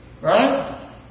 Right